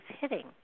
hitting